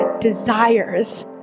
desires